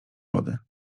lody